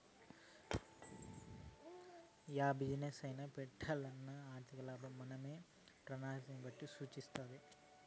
yeah business పెట్టాలన్నా ఆర్థికలాభం మనమేసే ప్రణాళికలన్నీ సూస్తాది